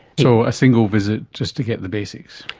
so a single visit just to get the basics.